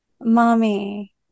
Mommy